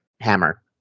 hammer